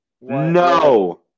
no